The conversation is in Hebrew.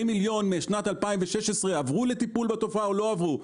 מיליון משנת 2016 עברו לטיפול בתופעה או לא עברו.